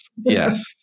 Yes